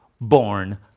born